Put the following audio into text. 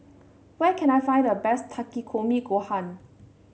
where can I find the best Takikomi Gohan